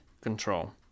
control